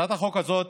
הצעת החוק הזאת,